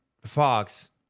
Fox